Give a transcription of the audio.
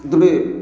ରୂପେ